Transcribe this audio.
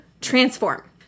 transform